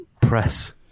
press